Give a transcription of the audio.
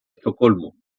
estocolmo